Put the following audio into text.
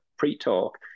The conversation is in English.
Pre-talk